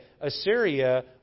Assyria